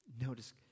Notice